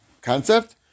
concept